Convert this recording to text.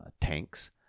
tanks